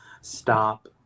stop